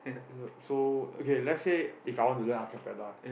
uh so okay let's say If I want to learn acapella